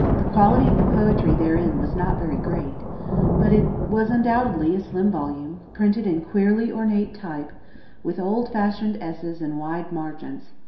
the quality of the poetry therein was not very great but it was undoubtedly a slim volume printed in queerly ornate type with old-fashioned esses and wide margins.